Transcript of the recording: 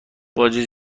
واجد